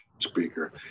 speaker